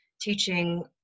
teaching